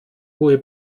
hohe